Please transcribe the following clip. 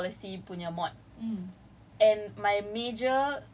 ya so like let's say I have this refugee policy punya mod